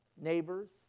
neighbors